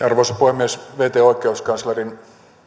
arvoisa puhemies vt oikeuskanslerin